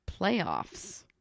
playoffs